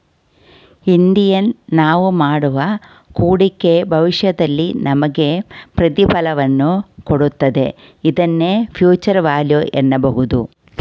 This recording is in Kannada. ಇಂಡಿಯನ್ ನಾವು ಮಾಡುವ ಹೂಡಿಕೆ ಭವಿಷ್ಯದಲ್ಲಿ ನಮಗೆ ಪ್ರತಿಫಲವನ್ನು ಕೊಡುತ್ತದೆ ಇದನ್ನೇ ಫ್ಯೂಚರ್ ವ್ಯಾಲ್ಯೂ ಎನ್ನಬಹುದು